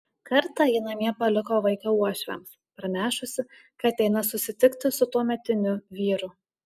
kartą ji namie paliko vaiką uošviams pranešusi kad eina susitikti su tuometiniu vyru